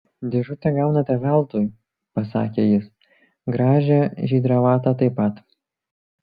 dėžutę gaunate veltui pasakė jis gražią žydrą vatą taip pat